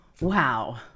Wow